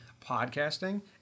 podcasting